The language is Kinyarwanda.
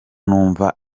numva